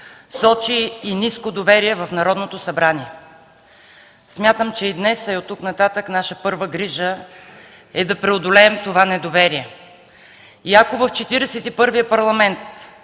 сочи и ниско доверие в Народното събрание. Смятам, че и днес, а и от тук нататък наша първа грижа е да преодолеем това недоверие. И ако в Четиридесет